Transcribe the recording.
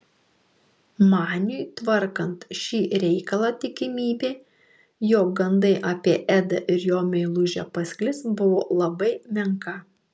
maniui tvarkant šį reikalą tikimybė jog gandai apie edą ir jo meilužę pasklis buvo labai menka